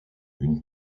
une